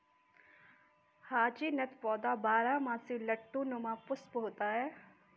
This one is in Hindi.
हाचीनथ पौधा बारहमासी लट्टू नुमा पुष्प होता है